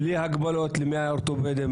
בלי הגבלות ל-100 אורתופדים.